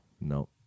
No